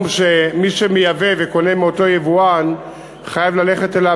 שמי שמייבא וקונה מאותו יבואן חייב ללכת אליו